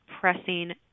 pressing